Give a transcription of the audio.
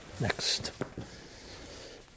Next